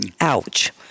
Ouch